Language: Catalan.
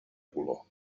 color